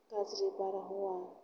गाज्रि बारहावा